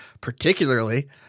particularly